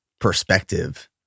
perspective